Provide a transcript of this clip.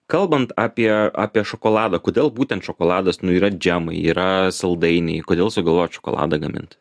kalbant apie apie šokoladą kodėl būtent šokoladas nu yra džemai yra saldainiai kodėl sugalvojot šokoladą gamint